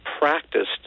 practiced